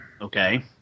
Okay